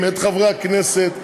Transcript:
חברות וחברי הכנסת,